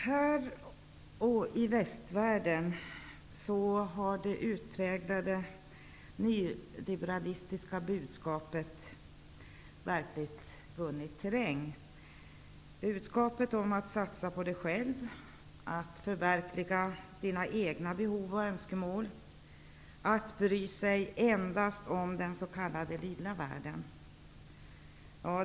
Herr talman! Här och i västvärlden har det utpräglade nyliberalistiska budskapet verkligen vunnit terräng. Budskapet är att man skall satsa på sig själv, att man skall förverkliga sina egna behov och önskemål, att man endast skall bry sig om den s.k. lilla världen.